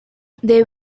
they